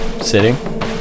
sitting